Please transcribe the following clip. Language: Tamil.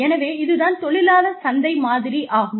எனவே இது தான் தொழிலாளர் சந்தை மாதிரி ஆகும்